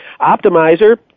Optimizer